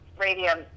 radium